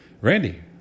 Randy